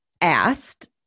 asked